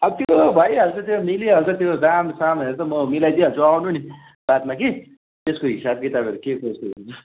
अब त्यो त भइहाल्छ त्यो मिलिहाल्छ त्यो दामसामहरू त म मिलाइदिई हाल्छु आउनु नि बादमा कि त्यसको हिसाबकिताबहरू के कस्तो हुन्छ